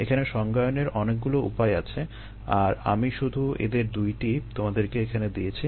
এখানে সংজ্ঞায়নের অনেকগুলো উপায় আছে আর আমি শুধু এদের দুইটি তোমাদেরকে এখানে দিয়েছি